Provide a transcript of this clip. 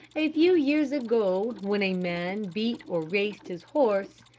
a few years ago, when a man beat or raced his horse,